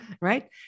right